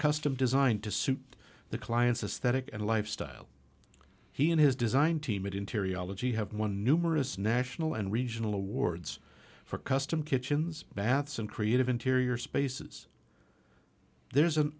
custom designed to suit the client's aesthetic and lifestyle he and his design team it interior elegy have won numerous national and regional awards for custom kitchens baths and creative interior spaces there's an